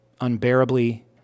Unbearably